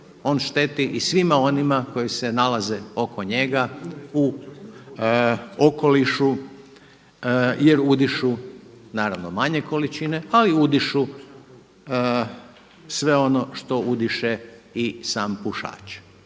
on šteti i svima onima koji se nalaze oko njega u okolišu jer udišu, naravno manje količine, ali udišu sve ono što udiše i sam pušač.